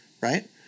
Right